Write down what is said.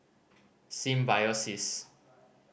Symbiosis